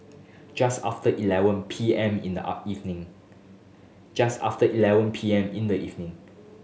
just after eleven P M in the evening just after eleven P M in the evening